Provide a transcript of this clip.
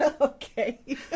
Okay